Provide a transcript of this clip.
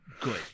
good